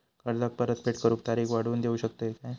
कर्जाची परत फेड करूक तारीख वाढवून देऊ शकतत काय?